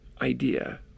idea